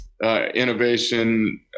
Innovation